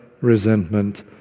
resentment